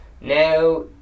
Now